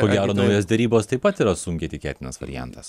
ko gero naujos derybos taip pat yra sunkiai tikėtinas variantas